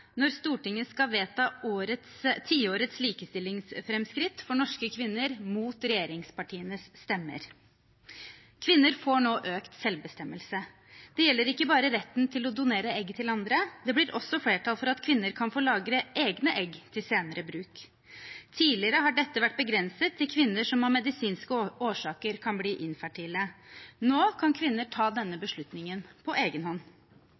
når Stortinget skal vedta tiårets likestillingsframskritt for norske kvinner, mot regjeringspartienes stemmer. Kvinner får nå økt selvbestemmelse. Det gjelder ikke bare retten til å donere egg til andre. Det blir også flertall for at kvinner kan få lagre egne egg til senere bruk. Tidligere har dette vært begrenset til kvinner som av medisinske årsaker kan bli infertile. Nå kan kvinner ta denne beslutningen på